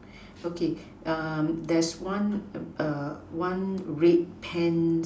okay there's one one red pant